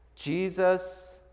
Jesus